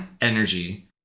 energy